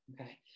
Okay